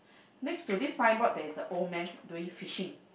next to this signboard there is a old man doing fishing